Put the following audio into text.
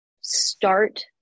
start